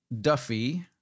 Duffy